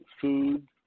food